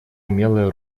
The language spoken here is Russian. умелое